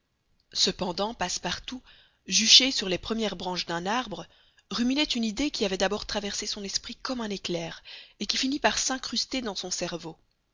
cependant passepartout juché sur les premières branches d'un arbre ruminait une idée qui avait d'abord traversé son esprit comme un éclair et qui finit par s'incruster dans son cerveau